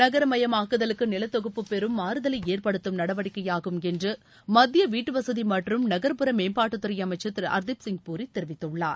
நகரமயமாக்குதலுக்குநிலத்தொகுப்பு பெரும் மாறுதலைஏற்படுத்தும் நடவடிக்கையாகும் ப்பு என்றுமத்தியவீட்டுவசதிமற்றும் நகர்ப்புற மேம்பாட்டுத்துறைஅமைச்சர் திருஹர்தீப் சிங் பூரி தெரிவித்துள்ளார்